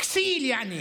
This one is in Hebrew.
(אומר בערבית ומתרגם:) כסיל, יעני.